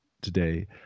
today